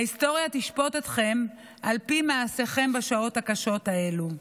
ההיסטוריה תשפוט אתכם על פי מעשיכם בשעות הקשות האלו.